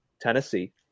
Tennessee